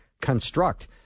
construct